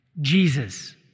jesus